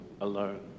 alone